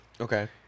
Okay